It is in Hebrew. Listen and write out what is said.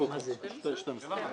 --- אני